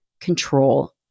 control